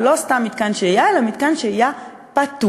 ולא סתם מתקן שהייה אלא מתקן שהייה "פתוח".